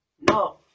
No